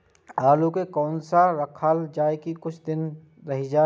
आलू के कोना राखल जाय की कुछ दिन रह जाय?